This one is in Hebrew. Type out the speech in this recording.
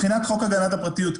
מבחינת חוק הגנת הפרטיות,